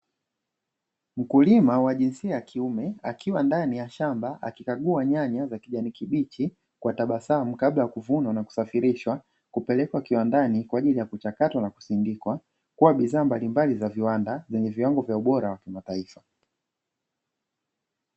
Mkulima wa jinsia ya kiume akiwa ndani ya shamba akikagua nyanya za kijamii kibichi kwa tabasamu kabla ya kuvunwa na kusafirishwa kupelekwa kiwandani kwa ajili ya kuchakatwa na kusindikwa, kwa kuwa bidhaa mbalimbali za viwanda vyenye viwango vya ubora wa mataifa.